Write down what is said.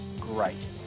great